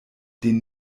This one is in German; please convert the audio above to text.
den